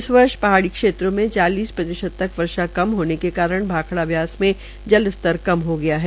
इस वर्ष पहाड़ी क्षेत्रों में चालीस प्रतिशत तक वर्षा कम होने के कारण भाखड़ा व्यास में जलस्तर कम हो गया है